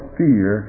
fear